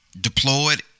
deployed